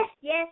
yes